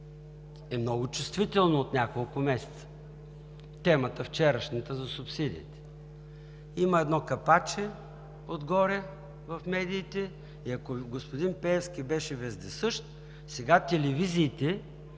е много чувствително от няколко месеца – вчерашната тема за субсидиите. Има едно капаче отгоре в медиите и ако господин Пеевски беше вездесъщ, сега всички